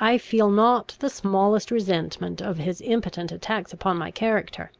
i feel not the smallest resentment of his impotent attacks upon my character